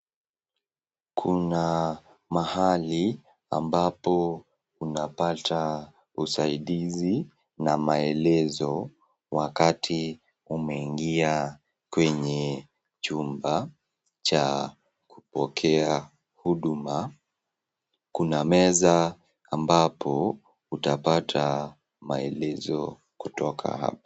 Kuna mahali ambapo unapata usaidizi na maelezo wakati umeingia kwenye chumba cha kupokea huduma. Kuna meza ambapo utapata maelezo kutoka hapo.